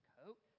coat